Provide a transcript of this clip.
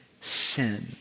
sin